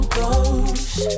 Ghost